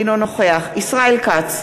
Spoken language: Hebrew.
אינו נוכח ישראל כץ,